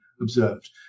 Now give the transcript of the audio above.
observed